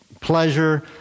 pleasure